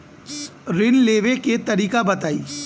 ऋण लेवे के तरीका बताई?